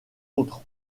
autres